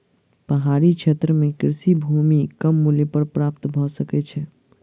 पहाड़ी क्षेत्र में कृषि भूमि कम मूल्य पर प्राप्त भ सकै छै